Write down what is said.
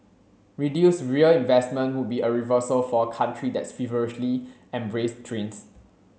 reduced rail investment would be a reversal for a country that's feverishly embraced trains